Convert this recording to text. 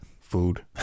Food